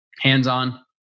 hands-on